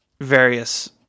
various